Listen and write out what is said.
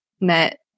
met